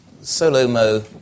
Solo-mo